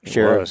Sure